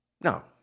Now